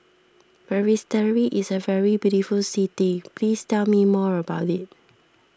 Basseterre is a very beautiful city please tell me more about it